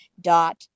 dot